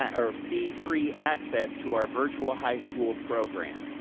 um or fee free access to our virtual high school program.